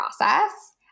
process